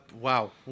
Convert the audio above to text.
Wow